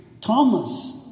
Thomas